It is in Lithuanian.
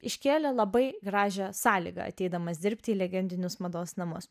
iškėlė labai gražią sąlygą ateidamas dirbti į legendinius mados namus